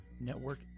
Network